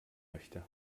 möchte